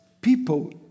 people